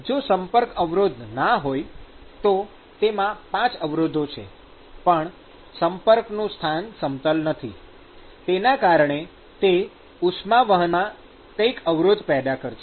જો "સંપર્ક અવરોધ" ના હોય તો તેમાં ૫ અવરોધો છે પણ સંપર્કનું સ્થાન સમતલ નથી તેના કારણે તે ઉષ્મા વહનમાં કઈક અવરોધ પેદા કરશે